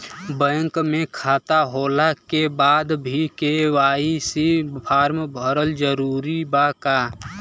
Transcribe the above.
Bank में खाता होला के बाद भी के.वाइ.सी फार्म भरल जरूरी बा का?